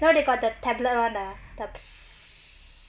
now they got the tablet [one] ah like